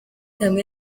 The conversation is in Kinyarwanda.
hamwe